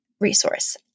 resource